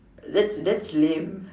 that that that's lame